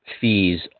fees